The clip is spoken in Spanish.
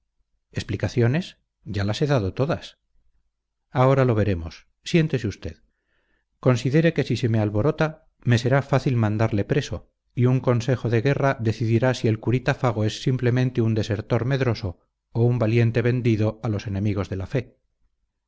explicaciones ya las he dado todas ahora lo veremos siéntese usted considere que si se me alborota me será fácil mandarle preso y un consejo de guerra decidirá si el curita fago es simplemente un desertor medroso o un valiente vendido a los enemigos de la fe